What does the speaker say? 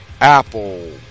Apple